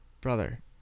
brother